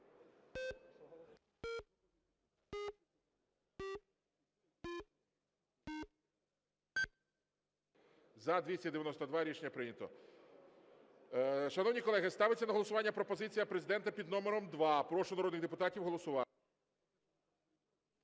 За-292 Рішення прийнято. Шановні колеги, ставиться на голосування пропозиція Президента під номером 2. Прошу народних депутатів голосувати.